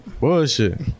Bullshit